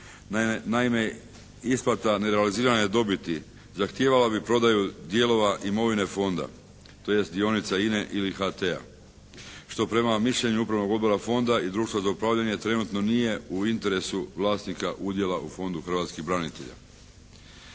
Naime isplata nerealizirane dobiti zahtijevala bi prodaju dijelova imovine Fonda tj. dionica INA-e ili HT-a što prema mišljenju Upravnog odbora Fonda i Društva za upravljanje trenutno nije u interesu vlasnika udjela u Fondu hrvatskih branitelja.